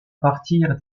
partir